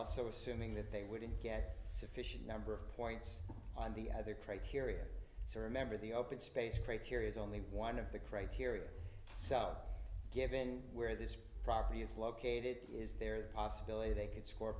also assuming that they wouldn't get sufficient number of points on the other criteria to remember the open space break areas only one of the criteria given where this property is located is there a possibility they could score